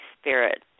Spirit